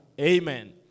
Amen